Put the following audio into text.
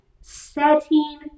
Setting